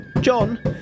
john